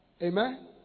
Amen